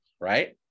right